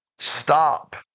Stop